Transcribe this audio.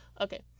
Okay